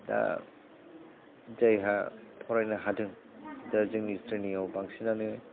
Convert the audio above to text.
दा जायहा फरायनो हादों दा जोंनि स्रेनियाव बांसिनानो